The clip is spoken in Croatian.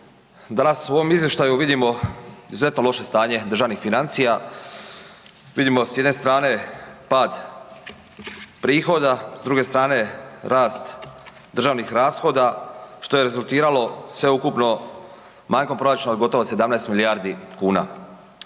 danas u ovom izvještaju izuzetno loše stanje državnih financija, vidimo s jedne strane pad prihoda, s druge strane rast državnih rashoda što je rezultiralo sveukupno manjom proračuna od gotovo 17 milijardi kuna